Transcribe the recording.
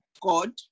god